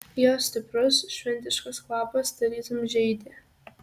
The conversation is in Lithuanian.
jo stiprus šventiškas kvapas tarytum žeidė